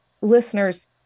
listeners